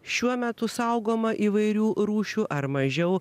šiuo metu saugoma įvairių rūšių ar mažiau